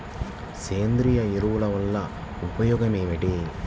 సేంద్రీయ ఎరువుల వల్ల ఉపయోగమేమిటీ?